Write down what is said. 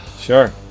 sure